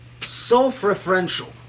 self-referential